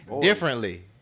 differently